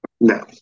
No